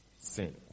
Sin